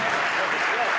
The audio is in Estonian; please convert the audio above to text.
Kiik!